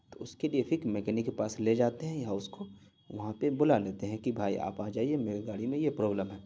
تو اس کے لے پھر میکینک کے پاس لے جاتے ہیں یا اس کو وہاں پہ بلا لیتے ہیں کہ بھائی آپ آ جائیے میری گاڑی میں یہ پرابلم ہے